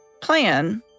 plan